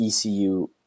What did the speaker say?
ECU